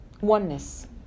oneness